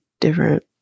different